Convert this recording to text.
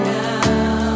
now